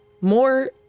more